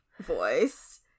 voice